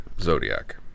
Zodiac